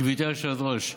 גברתי היושבת-ראש,